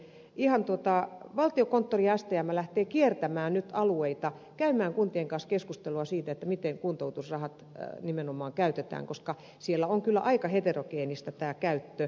valtiokonttori ja stm lähtevät nyt kiertämään alueita käymään kuntien kanssa keskustelua siitä miten nimenomaan kuntoutusrahat käytetään koska siellä on kyllä aika heterogeenistä tämä käyttö